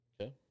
Okay